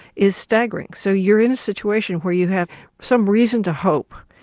is staggering. so you're in a situation where you have some reason to hope,